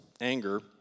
anger